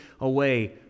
away